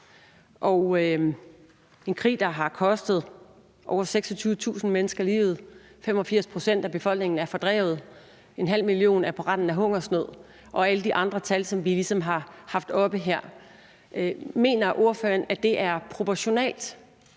er en krig, der har kostet over 26.000 mennesker livet, 85 pct. af befolkningen er fordrevet, en halv million er på randen af hungersnød, og der er alle de andre tal, som vi ligesom har haft oppe her. Mener ordføreren, at det er proportionalt,